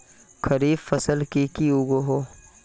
खरीफ फसल की की उगैहे?